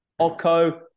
Oco